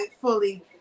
fully